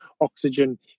oxygen